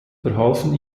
verhalfen